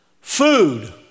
Food